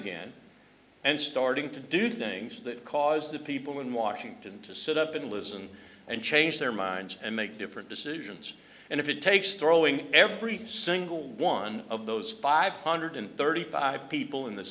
again and starting to do things that cause the people in washington to sit up and listen and change their minds and make different decisions and if it takes throwing every single one of those five hundred thirty five people in the